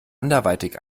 anderweitig